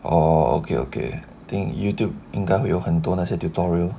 orh okay okay think YouTube 应该会有很多那些 tutorial